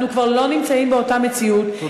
אנחנו כבר לא נמצאים באותה מציאות, תודה.